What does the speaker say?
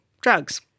drugs